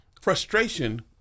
frustration